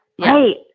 Right